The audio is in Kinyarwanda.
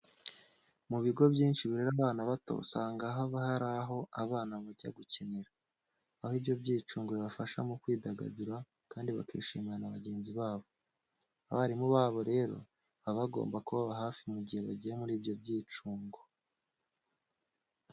Mu bigo byinshi birera abana bato usanga haba hari aho abo bana bajya gukinira, aho ibyo byicungo bibafasha mu kwidagadura kandi bakishimana na bagenzi babo. Abarimu babo rero baba bagomba kubaba hafi mu gihe bagiye muri ibyo byicungo.